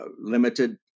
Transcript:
limited